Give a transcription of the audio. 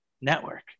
network